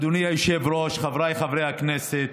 אדוני היושב-ראש, חבריי חברי הכנסת,